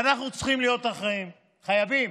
ואנחנו צריכים להיות אחראים, חייבים,